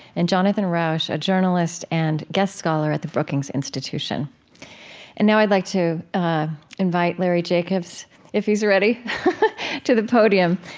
and jonathan rauch, a journalist and guest scholar at the brookings institution and now i'd like to invite larry jacobs if he's ready to the podium.